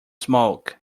smoke